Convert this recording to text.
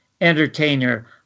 entertainer